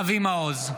אבי מעוז,